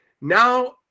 Now